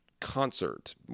concert